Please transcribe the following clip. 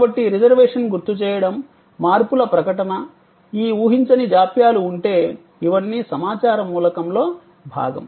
కాబట్టి రిజర్వేషన్ గుర్తు చేయడం మార్పుల ప్రకటన ఈ ఊహించని జాప్యాలు ఉంటే ఇవన్నీ సమాచార మూలకంలో భాగం